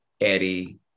Eddie